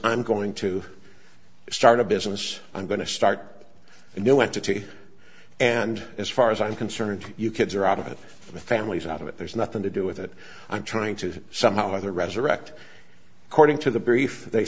i'm going to start a business i'm going to start a new entity and as far as i'm concerned you kids are out of it the families out of it there's nothing to do with it i'm trying to somehow either resurrect according to the brief